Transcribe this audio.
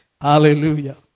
Hallelujah